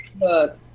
Look